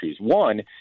One